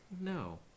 no